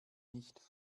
nicht